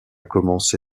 commencé